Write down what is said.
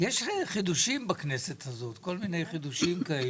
יש חידושים בכנסת הזאת, כל מיני חידושים כאלה.